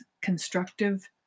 constructive